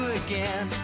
again